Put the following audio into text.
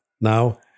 Now